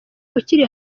ukiri